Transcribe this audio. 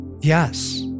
yes